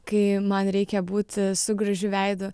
kai man reikia būti su gražiu veidu